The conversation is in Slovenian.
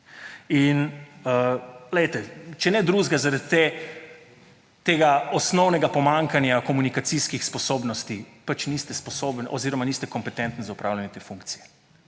In če ne drugega, zaradi tega osnovnega pomanjkanja komunikacijskih sposobnosti, pač niste sposobni oziroma niste kompetentni za opravljanje te funkcije,